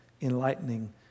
enlightening